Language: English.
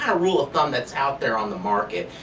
ah rule of thumb that's out there on the market.